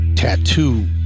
Tattoo